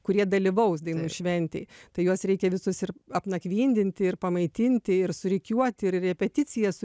kurie dalyvaus dainų šventėj tai juos reikia visus ir apnakvindinti ir pamaitinti ir surikiuoti ir repeticijas